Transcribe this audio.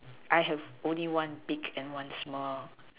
I have only one big and one small